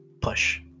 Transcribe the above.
push